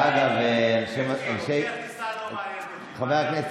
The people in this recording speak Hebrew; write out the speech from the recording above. אגב, חבר הכנסת